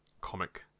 comic